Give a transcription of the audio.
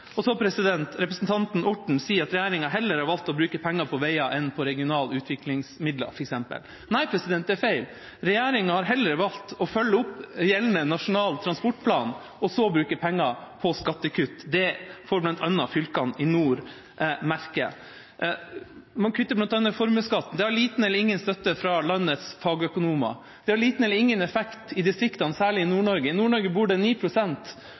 Representanten Orten sier at regjeringa heller har valgt å bruke penger på veier enn på regionale utviklingsmidler f.eks. Nei, det er feil: Regjeringa har heller valgt å følge opp gjeldende Nasjonal transportplan og så brukt penger på skattekutt. Det får bl.a. fylkene i nord merke. Man kutter bl.a. i formuesskatten – det har liten eller ingen støtte fra landets fagøkonomer. Det har liten eller ingen effekt i distriktene, særlig i Nord-Norge. I Nord-Norge bor